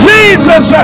Jesus